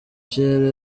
kirere